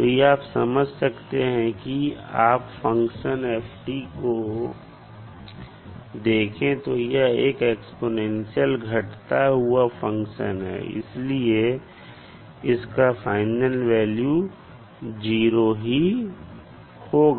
यह आप समझ सकते हैं क्योंकि आप फंक्शन f को देखें तो यह एक एक्स्पोनेंशियल घटता हुआ फंक्शन है इसलिए इसका फाइनल वैल्यू 0 ही होगा